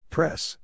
Press